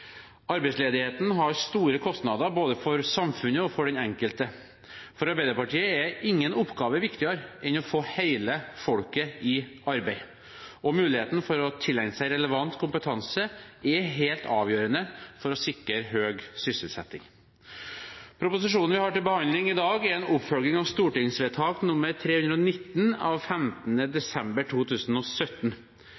Arbeidsledigheten har store kostnader både for samfunnet og for den enkelte. For Arbeiderpartiet er ingen oppgave viktigere enn å få hele folket i arbeid. Muligheten for å tilegne seg relevant kompetanse er helt avgjørende for å sikre høy sysselsetting. Proposisjonen vi har til behandling i dag, er en oppfølging av stortingsvedtak nr. 319 av